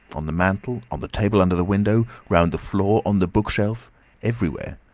on the mantel, on the table under the window, round the floor, on the bookshelf everywhere.